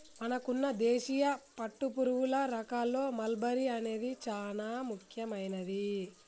మనకున్న దేశీయ పట్టుపురుగుల రకాల్లో మల్బరీ అనేది చానా ముఖ్యమైనది